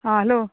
हां हॅलो